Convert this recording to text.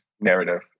narrative